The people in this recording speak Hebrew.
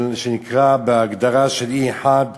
שנקרא בהגדרה E1 על-ידינו,